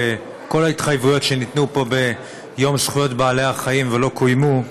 וכל ההתחייבויות שניתנו פה ביום זכויות בעלי-החיים לא קוימו.